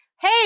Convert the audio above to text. hey